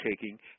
taking